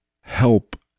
help